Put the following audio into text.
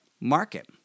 market